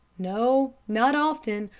no, not often,